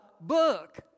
book